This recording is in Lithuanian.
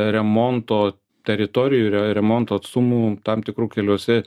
remonto teritorijų re remonto atstumų tam tikrų keliuose